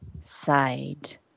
side